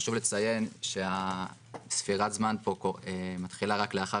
חשוב לציין שספירת הזמן פה מתחילה רק לאחר